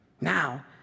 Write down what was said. Now